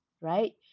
right